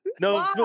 no